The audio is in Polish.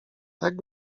tak